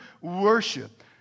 worship